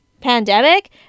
pandemic